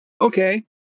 okay